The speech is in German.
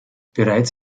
bereits